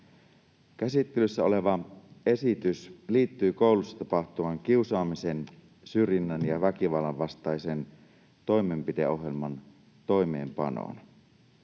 Käsittelyssä oleva esitys liittyy koulussa tapahtuvan kiusaamisen, syrjinnän ja väkivallan vastaisen toimenpideohjelman toimeenpanoon.